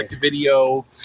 video